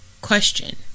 Question